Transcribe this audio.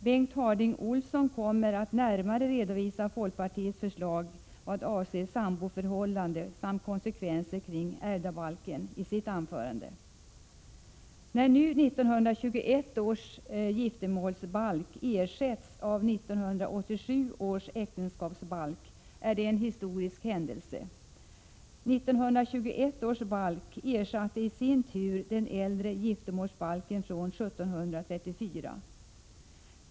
Bengt Harding Olsson kommer att närmare redovisa folkpartiets förslag vad avser samboförhållande samt konsekvenser kring ärvdabalken i sitt anförande. När nu 1921 års giftermålsbalk ersätts av 1987 års äktenskapsbalk är det en historisk händelse. 1921 års balk ersatte i sin tur den äldre giftermålsbalken från 1734.